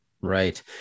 Right